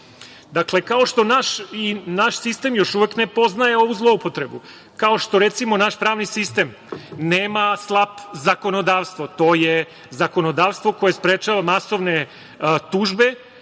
mediji. Dakle, naš sistem još uvek ne poznaje ovu zloupotrebu, kao što naš pravni sistem nema slap zakonodavstvo. To je zakonodavstvo koje sprečava masovne tužbe